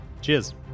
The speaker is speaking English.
Cheers